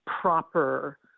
proper